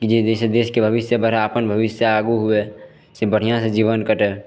जे जैसे देशके भविष्यसँ बड़ा अपन भविष्यसँ आगू हुअए से बढ़िआँसँ जीवन कटय